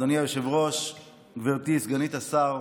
אדוני היושב-ראש, גברתי סגנית השר,